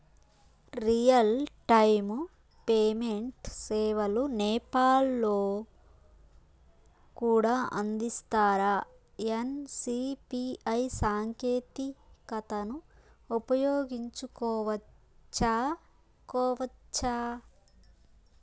Real time payment సేవలు నేపాల్ లో కూడా అందిస్తారా? ఎన్.సి.పి.ఐ సాంకేతికతను ఉపయోగించుకోవచ్చా కోవచ్చా?